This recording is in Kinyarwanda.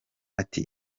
ati